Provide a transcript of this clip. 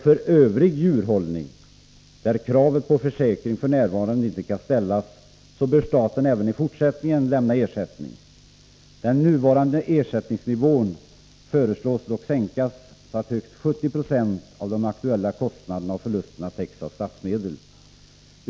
För övrig djurhållning, där kravet på försäkring f. n. inte kan ställas, bör staten även i fortsättningen lämna ersättning. Den nuvarande ersättningsnivån föreslås dock bli sänkt, så att högst 70 96 av de aktuella kostnaderna för förlusterna täcks av statsmedel.